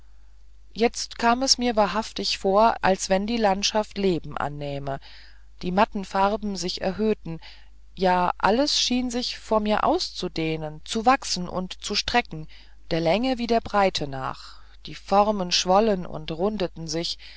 jetzt kam es mir wahrhaftig vor als wenn die landschaft leben annähme die matten farben sich erhöhten ja alles schien sich vor mir auszudehnen zu wachsen und zu strecken der länge wie der breite nach die formen schwollen und rundeten sich